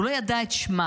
הוא לא ידע את שמן